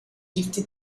fifty